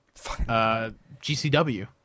GCW